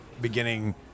beginning